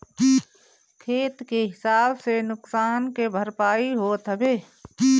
खेत के हिसाब से नुकसान के भरपाई होत हवे